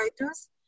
writers